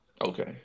Okay